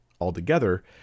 altogether